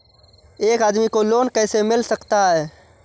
एक आदमी को लोन कैसे मिल सकता है?